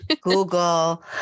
Google